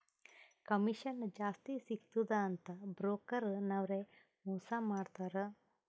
commission ಜಾಸ್ತಿ ಸಿಗ್ತುದ ಅಂತ್ ಬ್ರೋಕರ್ ನವ್ರೆ ಮೋಸಾ ಮಾಡ್ತಾರ್